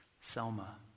Selma